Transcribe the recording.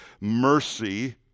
mercy